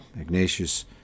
ignatius